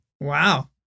Wow